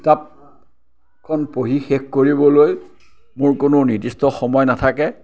কিতাপখন পঢ়ি শেষ কৰিবলৈ মোৰ কোনো নিৰ্দিষ্ট সময় নাথাকে